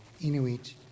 Inuit